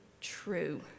true